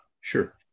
sure